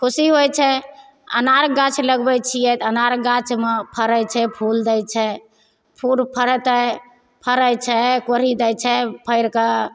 खुशी होइत छै अनार गाछ लगबैत छियै तऽ अनार गाछमे फड़ैत छै फूल दै छै फुल फड़तै फड़ैत छै कोढ़ी दै छै फड़ि कऽ